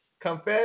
confess